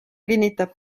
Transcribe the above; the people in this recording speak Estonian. kinnitab